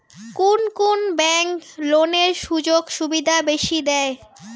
কুন কুন ব্যাংক লোনের সুযোগ সুবিধা বেশি দেয়?